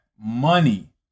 money